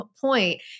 point